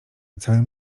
całym